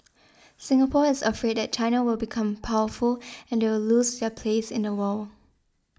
Singapore is afraid that China will become powerful and they will lose their place in the world